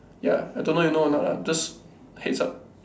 ya I don't know you know or not ah just heads up